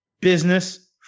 business